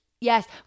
Yes